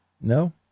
No